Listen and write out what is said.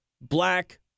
black